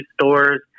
stores